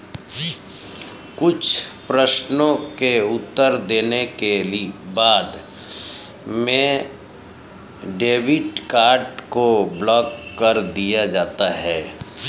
कुछ प्रश्नों के उत्तर देने के बाद में डेबिट कार्ड को ब्लाक कर दिया जाता है